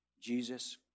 Jesus